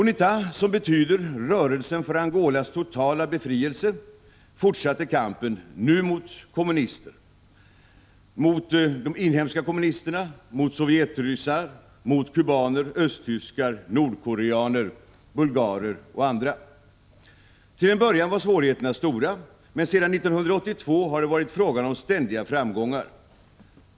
UNITA, som betyder Rörelsen för Angolas totala befrielse, fortsatte kampen, nu mot kommunister — mot de inhemska kommunisterna, mot sovjetryssar, kubaner, östtyskar, nordkoreaner, bulgarer och andra. Till en början var svårigheterna stora. Men sedan 1982 har det varit fråga om ständiga framgångar.